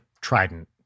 trident